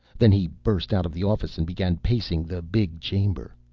then he burst out of the office and began pacing the big chamber.